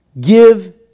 Give